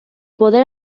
poder